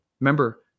Remember